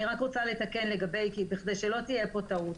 אני רק רוצה לתקן כדי שלא תהיה פה טעות.